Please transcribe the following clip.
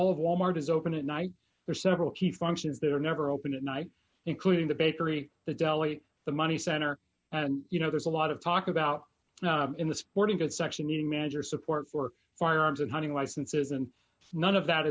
all of wal mart is open at night there are several key functions that are never open at night including the bakery the deli the money center and you know there's a lot of talk about in the sporting goods section new manager support for firearms and hunting licenses and none of that